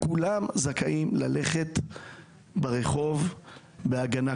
כולם זכאים ללכת ברחוב בהגנה.